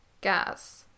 gas